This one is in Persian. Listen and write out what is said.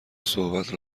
صحبت